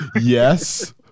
Yes